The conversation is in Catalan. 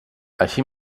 així